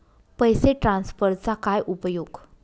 पैसे ट्रान्सफरचा काय उपयोग?